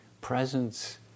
presence